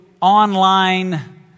online